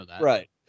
Right